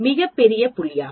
மிகப் பெரிய புள்ளியாகும்